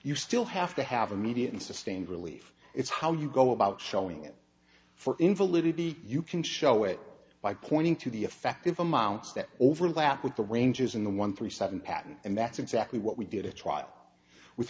you still have to have immediate and sustained relief it's how you go about showing it for invalidity you can show it by pointing to the effect of amounts that overlap with the ranges in the one three seven pattern and that's exactly what we did at trial with